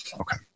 Okay